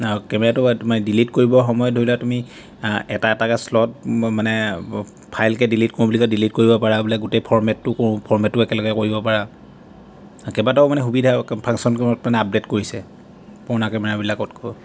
আৰু কেমেৰাটো তোমাৰ ডিলিট কৰিব সময়ত ধৰি লোৱা তুমি এটা এটাকৈ শ্লট মানে ফাইলকে ডিলিট কৰোঁ বুলিলে ডিলিট কৰিব পাৰা বোলে গোটেই ফৰ্মেটটো কৰো ফৰ্মেটটো একেলগে কৰিব পাৰা কেইবাটাও মানে সুবিধা ফাংচন মানে আপডেট কৰিছে পুৰণা কেমেৰাবিলাকতকৈও